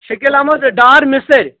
Shakeel Ahmad Dar مِستٔرۍ